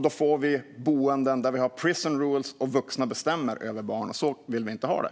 Då får vi boenden där vi har prison rules och där vuxna bestämmer över barn. Så vill vi inte ha det.